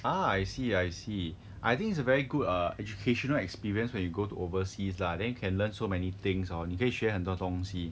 I see I see I think it's a very good err educational experience when you go to overseas lah then you can learn so many things hor 你可以学到很多东西